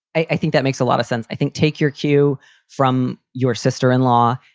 i i think that makes a lot of sense. i think take your cue from your sister in law.